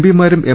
പിമാരും M